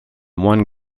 one